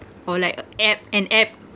or like a app an app